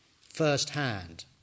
first-hand